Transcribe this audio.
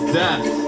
death